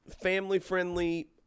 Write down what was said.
family-friendly